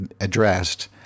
addressed